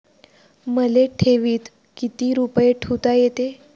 मले ठेवीत किती रुपये ठुता येते?